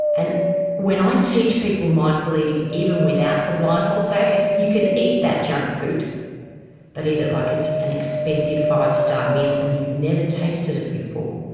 and when i teach people mindful eating, even without the blindfold, say, okay, you can eat that junk food but eat it like it's an expensive five-star meal and you've never tasted it before.